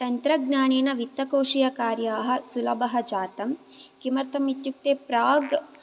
तन्त्रज्ञानेन वित्तकोषीयकार्याः सुलभः जातं किमर्थम् इत्युक्ते प्राग्